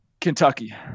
Kentucky